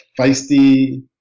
feisty